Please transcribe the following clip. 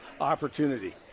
opportunity